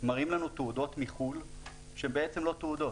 מראים לנו תעודות מחו"ל שהן בעצם לא תעודות.